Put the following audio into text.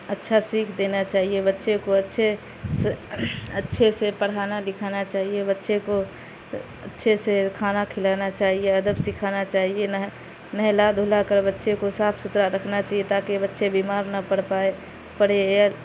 اچھا سیکھ دینا چاہیے بچے کو اچھے سے اچھے سے پرھانا لکھانا چاہیے بچے کو اچھے سے کھانا کھلانا چاہیے ادب سکھانا چاہیے نہ نہلا دھلا کر بچے کو صاف ستھرا رکھنا چاہیے تاکہ بچے بیمار نہ پڑ پائے پڑے